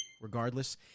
Regardless